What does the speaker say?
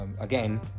again